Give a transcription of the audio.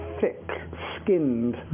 thick-skinned